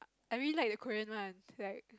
I really like the Korean one like